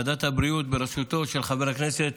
היינו בוועדת הבריאות בראשותו של חבר הכנסת